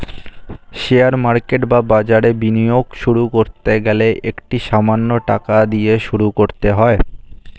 share market বা বাজারে বিনিয়োগ শুরু করতে গেলে একটা সামান্য টাকা দিয়ে শুরু করতে হয়